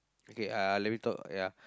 okay uh let me talk ya